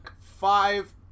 five